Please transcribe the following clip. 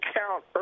count